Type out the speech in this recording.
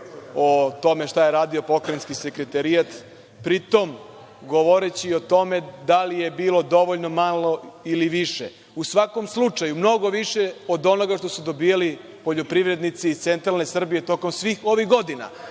o tome šta je radio Pokrajinski sekretarijat, pritom govoreći o tome da li je bilo dovoljno malo ili više. U svakom slučaju, mnogo više je od onoga što smo dobijali poljoprivrednici iz centralne Srbije tokom svih ovih godina.